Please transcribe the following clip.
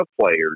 players